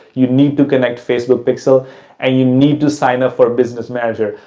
you need to connect facebook pixel and you need to sign up for business manager.